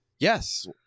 Yes